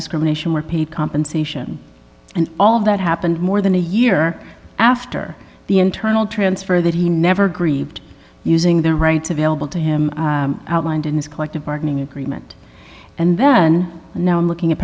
discrimination were paid compensation and all that happened more than a year after the internal transfer that he never grieved using their rights available to him outlined in this collective bargaining agreement and then now i'm looking at